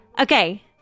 okay